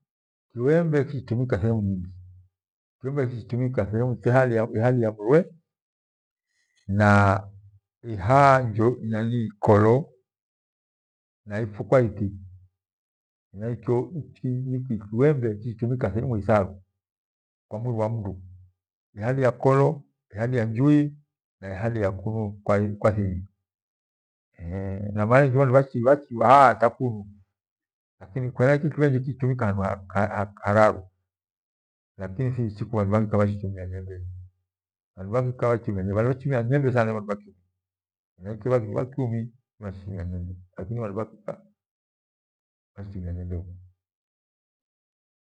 Kiwembe ichitumika thehemu nyingi. Uembe uchitumika hena ihalia mrwe na ihaa nanii ihaa kolo. naipfwo kwaiti nikuembe uchitumika thehemu ithar kwa mwiri wa mndu ihalia kolo ihalia njwi ihalia kunu kwa thingi elu. Bhandu bhachihaa hata lakini kwahiya thiichinyi ku bhandu bhakika bhachi turu njiwerube nyi bhandu bhachitumia nyembe thana ni bhandu bhakyumi. Lakini bhandu bhakika bhachi.